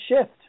shift